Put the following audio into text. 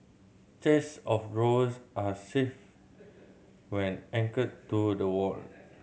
chest of drawers are safe when anchored to the wall